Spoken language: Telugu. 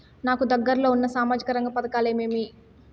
నాకు దగ్గర లో ఉన్న సామాజిక రంగ పథకాలు ఏమేమీ?